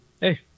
hey